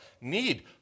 need